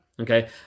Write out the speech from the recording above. Okay